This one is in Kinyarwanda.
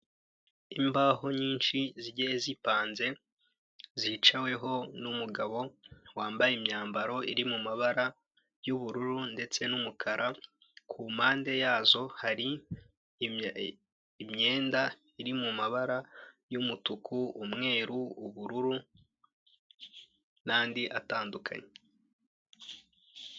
Imbaho nyinshi zigiye zipanze zicaweho n'umugabo wambaye imyambaro iri mu mabara y'ubururu ndetse n'umukara, ku mpande yazo hari imyenda iri mu mabara y'umutuku, umweru, ubururu nandi atandukanye.